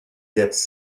gets